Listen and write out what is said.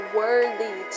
worthy